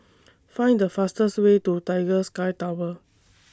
Find The fastest Way to Tiger Sky Tower